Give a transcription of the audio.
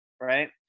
right